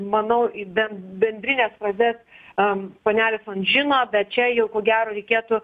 manau į ben bendrines frazes am panelė žino bet čia jau ko gero reikėtų